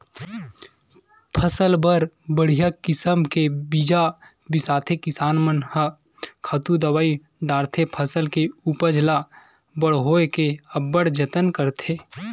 फसल बर बड़िहा किसम के बीजा बिसाथे किसान मन ह खातू दवई डारथे फसल के उपज ल बड़होए के अब्बड़ जतन करथे